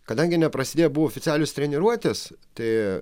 kadangi neprasidėjo buvo oficialios treniruotės tai